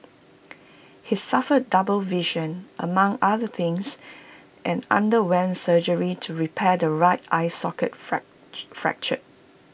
he suffered double vision among other things and underwent surgery to repair the right eye socket fracture